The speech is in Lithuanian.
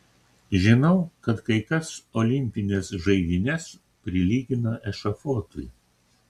žinau kad kai kas olimpines žaidynes prilygina ešafotui